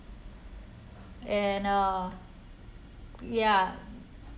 and uh ya